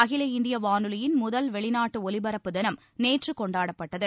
அகில இந்திய வானொலியின் முதல் வெளிநாட்டு ஒலிபரப்பு தினம் நேற்று கொண்டாடப்பட்டது